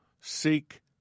seek